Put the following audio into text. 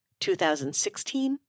2016